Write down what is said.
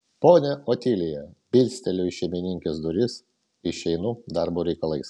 ponia otilija bilsteliu į šeimininkės duris išeinu darbo reikalais